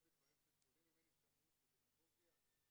בדברים של גדולים ממני שאמרו שדמגוגיה אז